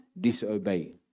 disobey